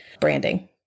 branding